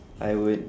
I would